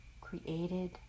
created